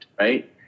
right